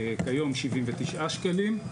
כיום 79 שקלים.